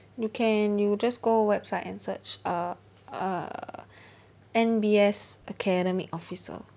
you can you just go website and search err err N_B_S academic officer